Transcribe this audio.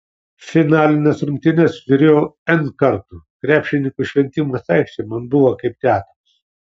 finalines rungtynes žiūrėjau n kartų krepšininkų šventimas aikštėje man buvo kaip teatras